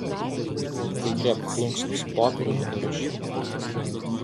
tai griebk plunksną su popieriumi ir rašyk